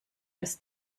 des